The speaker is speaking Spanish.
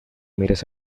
mires